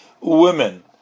women